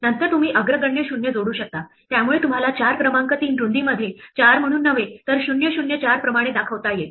नंतर तुम्ही अग्रगण्य शून्य जोडू शकता त्यामुळे तुम्हाला 4 क्रमांक 3 रुंदीमध्ये 4 म्हणून नव्हे तर 004 प्रमाणे दाखवता येईल